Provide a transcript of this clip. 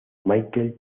michael